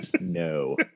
No